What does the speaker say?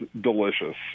delicious